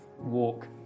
walk